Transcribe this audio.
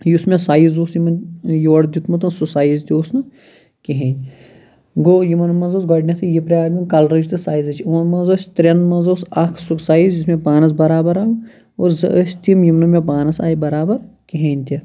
یُس مےٚ سایز اوس یِمَن یورٕ دیُتمُت سُہ سایز تہِ اوس نہٕ کِہیٖنۍ گوٚو یِمَن مَنٛز ٲسۍ گۄڈٕنیٚتھٕے یہِ پرابلِم کَلرٕچ تہٕ سایزٕچ یمو مَنٛز ٲسۍ ترٛیٚن مَنٛز اوس اکھ سُہ سایز یُس مےٚ پانَس بَرابَر آو زٕ ٲسۍ تِم یِم نہٕ مےٚ پانَس آے بَرابَر کہیٖنۍ تہِ